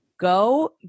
go